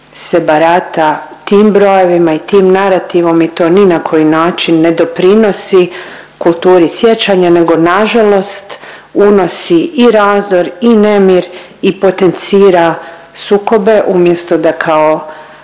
se barata tim brojevima i tim narativom i to ni na koji način ne doprinosi kulturi sjećanja nego nažalost unosi i razdor i nemir i potencira sukobe umjesto da kao